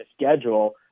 schedule